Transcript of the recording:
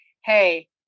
hey